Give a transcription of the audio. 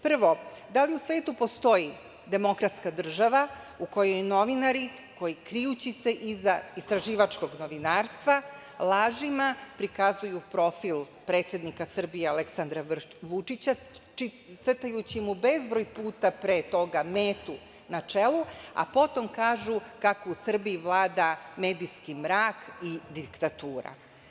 Prvo, da li u svetu postoji demokratska država u kojoj novinari, krijući se iza istraživačkog novinarstva, lažima, prikazuju profil predsednika Srbije Aleksandra Vučića crtajući mu bezbroj puta pre toga metu na čelu, a potom kažu kako u Srbiji vlada medijski mrak i diktatura.